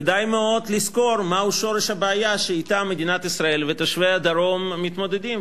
כדאי מאוד לזכור מה שורש הבעיה שאתה מדינת ישראל ותושבי הדרום מתמודדים,